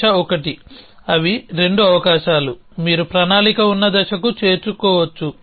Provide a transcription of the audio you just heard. దశ1 అవి రెండు అవకాశాలు మీరు ప్రణాళిక ఉన్న దశకు చేరుకోవచ్చు